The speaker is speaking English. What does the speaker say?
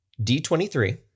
D23